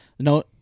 No